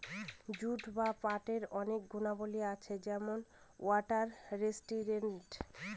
jute বা পাটের অনেক গুণাবলী আছে যেমন ওয়াটার রেসিস্টেন্ট